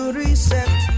reset